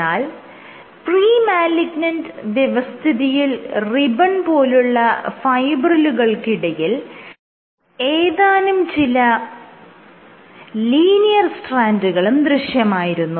എന്നാൽ premalignant വ്യവസ്ഥിതിയിൽ ribbon പോലുള്ള ഫൈബ്രിലുകൾക്കിടയിൽ ഏതാനും ചില ലീനിയർ സ്ട്രാൻഡുകളും ദൃശ്യമായിരുന്നു